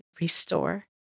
restore